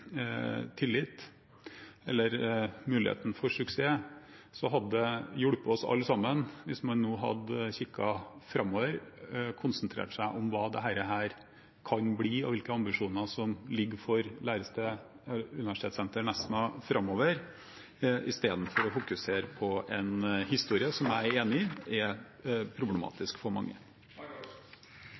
tillit eller muligheten for suksess, hadde det hjulpet oss alle sammen hvis man nå hadde kikket framover, konsentrert seg om hva dette kan bli og hvilke ambisjoner som ligger for lærestedet, universitetssenteret Nesna, framover – istedenfor å fokusere på en historie som jeg er enig i er problematisk for mange.